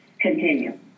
continue